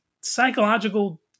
psychological